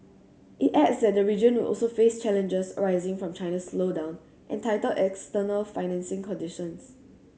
it adds that the region will also face challenges arising from China's slowdown and tighter external financing conditions